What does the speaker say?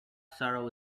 sorrow